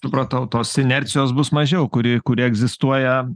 supratau tos inercijos bus mažiau kuri kuri egzistuoja